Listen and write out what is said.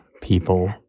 people